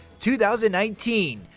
2019